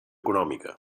econòmica